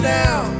now